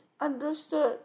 understood